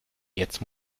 jetzt